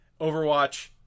Overwatch